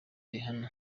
rihanna